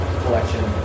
collection